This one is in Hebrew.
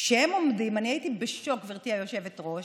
כשהם עובדים, אני הייתי בשוק, גברתי היושבת-ראש,